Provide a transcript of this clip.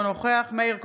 אינו נוכח מאיר כהן,